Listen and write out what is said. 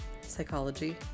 Psychology